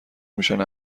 میشن